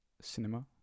cinema